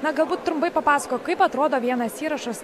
na galbūt trumpai papasakok kaip atrodo vienas įrašas